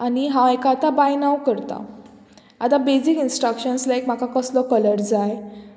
आनी हांव एका आतां बाय नाव करता आतां बेजीक इंस्ट्रक्शन्स लायक म्हाका कसलो कलर जाय